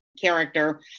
character